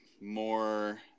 more